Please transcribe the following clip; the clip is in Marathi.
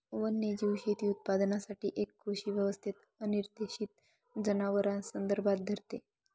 वन्यजीव शेती उत्पादनासाठी एक कृषी व्यवस्थेत अनिर्देशित जनावरांस संदर्भात धरते